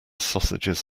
sausages